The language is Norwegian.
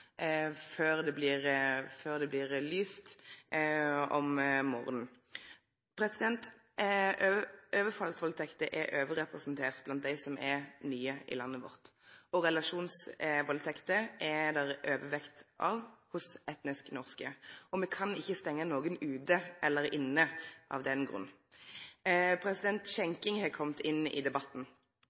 før det blir lyst om morgonen. Overfallsvaldtekter er overrepresenterte blant dei som er nye i landet vårt. Relasjonsvaldtekter blir i overvekt utførte av etnisk norske. Me kan ikkje stengje nokon ute eller inne av den grunn. Skjenking har kome inn i debatten.